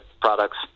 Products